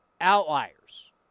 Outliers